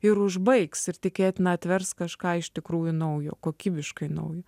ir užbaigs ir tikėtina atvers kažką iš tikrųjų naujo kokybiškai naujo